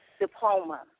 diploma